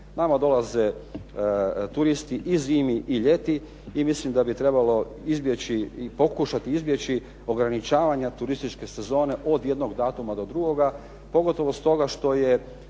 Nama dolaze turisti i zimi i ljeti i mislim da bi trebalo izbjeći i pokušati izbjeći ograničavanja turističke sezone od jednog datuma do drugoga pogotovo stoga što je